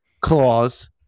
clause